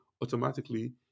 Automatically